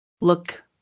look